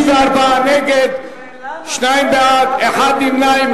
64 נגד, שניים בעד, אחד נמנע.